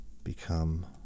become